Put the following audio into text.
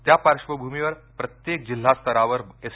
त्या पार्श्वभूमीवर प्रत्येक जिल्हास्तरावर एस